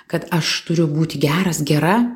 kad aš turiu būti geras gera